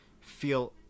feel